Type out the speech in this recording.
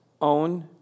own